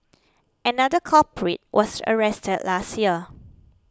another culprit was arrested last year